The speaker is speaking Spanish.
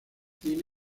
cine